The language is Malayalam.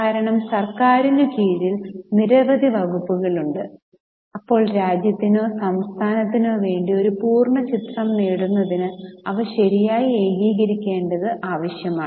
കാരണം സർക്കാരിനു കീഴിൽ നിരവധി വകുപ്പുകൾ ഉണ്ട് അപ്പോൾ രാജ്യത്തിനോ സംസ്ഥാനത്തിനോ വേണ്ടി ഒരു പൂർണ്ണ ചിത്രം നേടുന്നതിന് അവ ശരിയായി ഏകീകരിക്കേണ്ടത് ആവശ്യമാണ്